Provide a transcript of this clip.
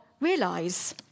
realise